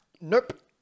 Nope